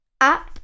up